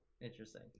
interesting